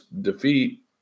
defeat